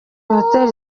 hoteli